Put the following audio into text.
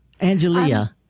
Angelia